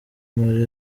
muri